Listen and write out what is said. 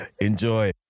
Enjoy